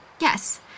Yes